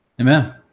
Amen